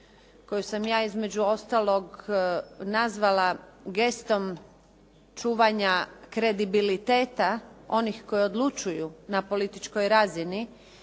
koju sam ja između ostalog nazvala gestom čuvanja kredibiliteta onih koji odlučuju na političkoj razini